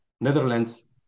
Netherlands